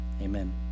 amen